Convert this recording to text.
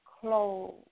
clothes